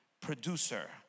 producer